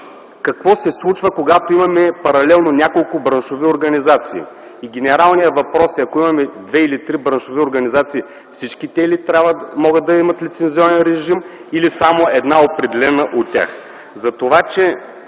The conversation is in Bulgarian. какво се случва, когато имаме паралелно няколко браншови организации? Генералният въпрос е: ако имаме две или три браншови организации, всички те ли могат да имат лицензионен режим или само една, определена от тях?